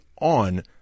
on